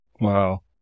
wow